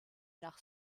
nach